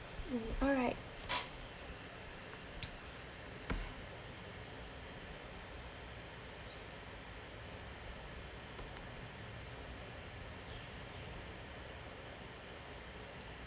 mm alright